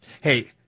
Hey